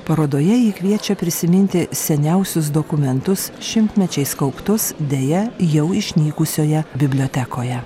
parodoje ji kviečia prisiminti seniausius dokumentus šimtmečiais kauptus deja jau išnykusioje bibliotekoje